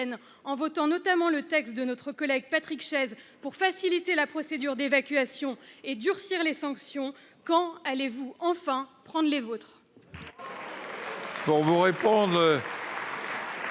en adoptant notamment le texte de notre collègue Patrick Chaize pour faciliter la procédure d'évacuation et pour durcir les sanctions. Quand prendrez-vous enfin les vôtres ?